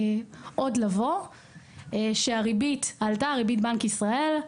אז עלתה ריבית בנק ישראל,